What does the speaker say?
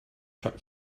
truck